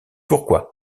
pourquoi